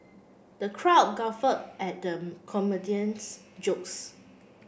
the crowd guffaw at the comedian's jokes